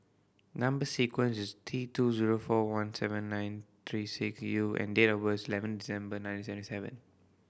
number sequence is T two zero four one seven nine three six U and date of birth is eleven December nineteen seventy seven